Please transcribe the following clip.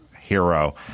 hero